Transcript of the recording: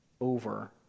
over